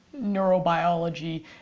neurobiology